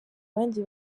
abandi